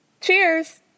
cheers